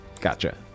Gotcha